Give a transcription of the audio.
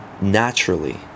naturally